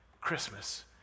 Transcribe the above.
Christmas